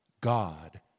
God